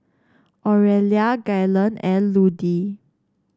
Orelia Gaylon and Ludie